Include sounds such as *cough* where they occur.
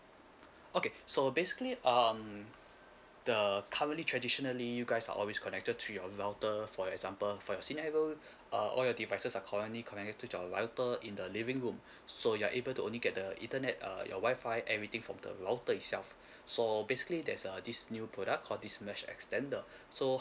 okay so basically um the currently traditionally you guys are always connected to your router for example for your scenario err all your devices are currently connect to your only router in the living room *breath* so you're able to only get the internet uh your wifi everything from the router itself *breath* so basically there's err this new product called this mesh extender so